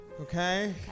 Okay